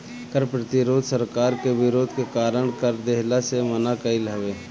कर प्रतिरोध सरकार के विरोध के कारण कर देहला से मना कईल हवे